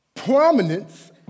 Prominence